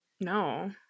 No